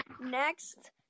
next